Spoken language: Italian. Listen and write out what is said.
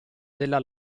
della